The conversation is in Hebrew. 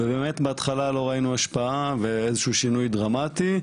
ובאמת בהתחלה לא ראינו השפעה ואיזשהו שינוי דרמטי,